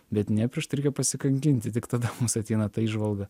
bet ne prieš tai reikia pasikankinti tik tada mus ateina ta įžvalga